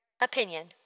Opinion